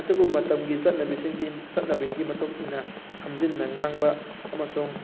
ꯑꯗꯨꯕꯨ ꯃꯇꯝꯒꯤ ꯆꯠꯅꯕꯤꯁꯤꯡꯒꯤ ꯆꯠꯅꯕꯤꯒꯤ ꯃꯇꯨꯡ ꯏꯟꯅ ꯁꯝꯖꯤꯟꯅ ꯉꯥꯡꯕ ꯑꯃꯁꯨꯡ